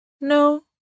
No